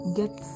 get